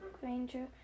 Granger